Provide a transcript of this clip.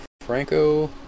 Franco